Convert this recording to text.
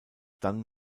dann